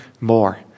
more